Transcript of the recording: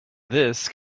this